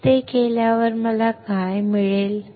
मी ते केल्यावर मला काय मिळेल